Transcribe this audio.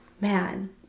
man